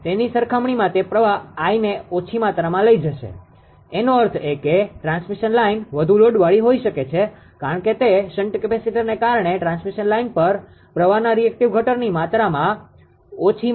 તેની સરખામણીમાં તે પ્રવાહને ઓછી માત્રામાં લઈ જશે એનો અર્થ એ કે ટ્રાન્સમિશન લાઇન વધુ લોડવાળી હોઈ શકે છે કારણ કે તે શન્ટ કેપેસિટરને કારણે ટ્રાન્સમિશન લાઇન પર પ્રવાહના રીએક્ટીવ ઘટકની ઓછી માત્રા ખેંચશે